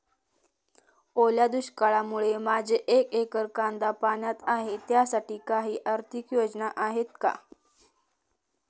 ओल्या दुष्काळामुळे माझे एक एकर कांदा पाण्यात आहे त्यासाठी काही आर्थिक योजना आहेत का?